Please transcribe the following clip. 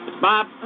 Bob